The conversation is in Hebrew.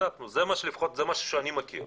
זה משהו שאני מכיר.